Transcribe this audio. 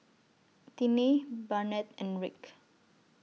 Tiney Barnett and Rick